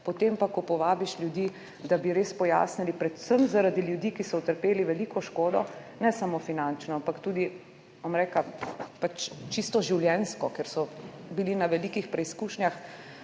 potem pa, ko povabiš ljudi, da bi res pojasnili, predvsem zaradi ljudi, ki so utrpeli veliko škodo, ne samo finančno, ampak tudi čisto življenjsko, ker so bili na velikih preizkušnjah,